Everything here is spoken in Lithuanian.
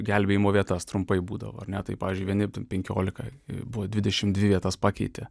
gelbėjimo vietas trumpai būdavo ar ne tai pavyzdžiui vieni tų penkiolika buvo dvidešim dvi vietas pakeitė